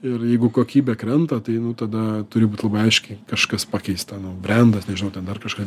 ir jeigu kokybė krenta tai nu tada turi būti labai aiškiai kažkas pakeista brendas nežinau ten dar kažką